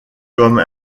comme